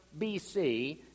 BC